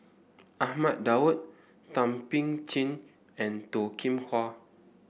Ahmad Daud Thum Ping Tjin and Toh Kim Hwa